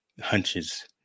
hunches